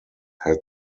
had